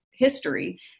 history